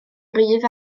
gryf